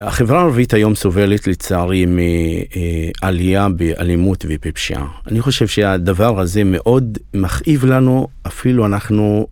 החברה הערבית היום סובלת לצערי מעלייה באלימות ובפשעה. אני חושב שהדבר הזה מאוד מכאיב לנו, אפילו אנחנו...